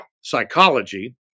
psychology